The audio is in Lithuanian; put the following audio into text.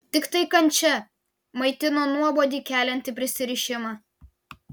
tiktai kančia maitino nuobodį keliantį prisirišimą